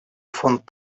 фонд